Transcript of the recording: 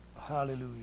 Hallelujah